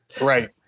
right